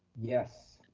yes.